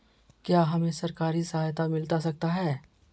क्या हमे सरकारी सहायता मिलता सकता है?